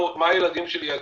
מה הילדים שלי יגידו,